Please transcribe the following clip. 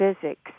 physics